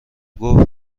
گفت